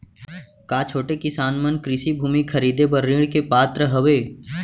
का छोटे किसान मन कृषि भूमि खरीदे बर ऋण के पात्र हवे?